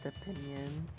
opinions